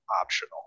optional